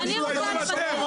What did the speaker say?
תתביישו לכם,